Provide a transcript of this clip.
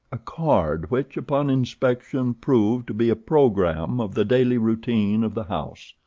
a card which, upon inspection, proved to be a programme of the daily routine of the house.